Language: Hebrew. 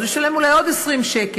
אז הוא ישלם אולי עוד 20 שקל,